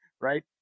right